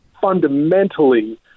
fundamentally